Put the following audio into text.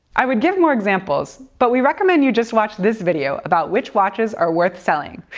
i would give more examples, but we recommend you just watch this video about which watches are worth selling. phew,